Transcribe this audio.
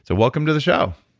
so welcome to the show!